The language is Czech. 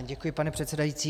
Děkuji, pane předsedající.